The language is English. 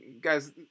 guys